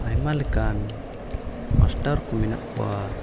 ᱟᱭᱢᱟ ᱞᱮᱠᱟᱱ ᱢᱟᱥᱴᱟᱨ ᱠᱚ ᱢᱮᱱᱟᱜ ᱠᱚᱣᱟ